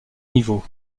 niveau